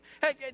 hey